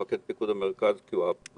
מפקד פיקוד המרכז הוא הריבון,